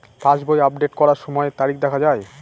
পাসবই update করার সময়ে তারিখ দেখা য়ায়?